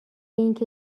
اینکه